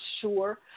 sure